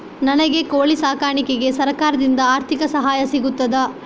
ನನಗೆ ಕೋಳಿ ಸಾಕಾಣಿಕೆಗೆ ಸರಕಾರದಿಂದ ಆರ್ಥಿಕ ಸಹಾಯ ಸಿಗುತ್ತದಾ?